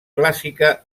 clàssica